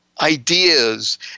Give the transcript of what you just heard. ideas